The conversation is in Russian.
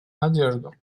надежду